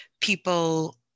people